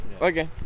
Okay